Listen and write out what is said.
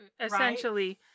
Essentially